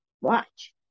watch